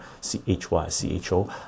c-h-y-c-h-o